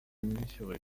mesurée